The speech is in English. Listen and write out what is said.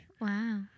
Wow